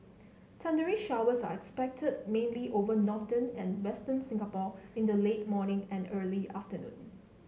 thundery showers are expected mainly over northern and western Singapore in the late morning and early afternoon